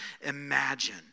imagine